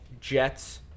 Jets